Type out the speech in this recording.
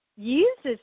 uses